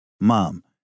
Mom